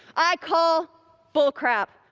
i call bullcrap.